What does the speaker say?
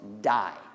die